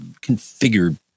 configured